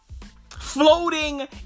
Floating